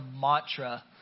mantra